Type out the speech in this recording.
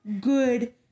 good